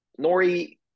Nori